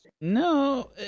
No